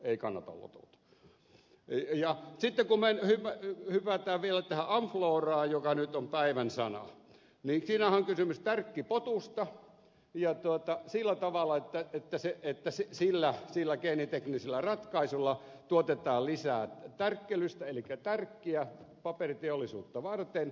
ja sitten kun me hyppäämme vielä tähän amfloraan joka nyt on päivän sana niin siinähän on kysymys tärkkipotusta ja sillä tavalla että sillä geeniteknisellä ratkaisulla tuotetaan lisää tärkkelystä elikkä tärkkiä paperiteollisuutta varten